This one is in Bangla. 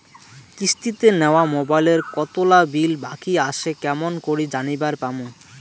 কিস্তিতে নেওয়া মোবাইলের কতোলা বিল বাকি আসে কেমন করি জানিবার পামু?